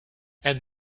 and